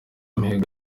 mihigo